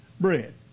bread